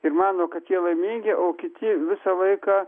ir mano kad jie laimingi o kiti visą laiką